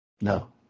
no